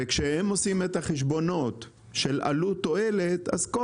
וכשהם עושים את החשבונות של עלות-תועלת אז כל